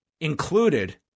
included